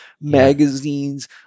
magazines